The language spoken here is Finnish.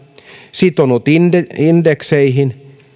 sitonut indekseihin indekseihin